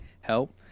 Help